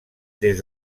des